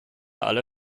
alle